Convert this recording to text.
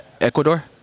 Ecuador